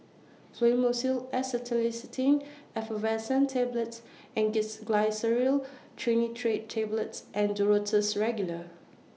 Fluimucil Acetylcysteine Effervescent Tablets Angised Glyceryl Trinitrate Tablets and Duro Tuss Regular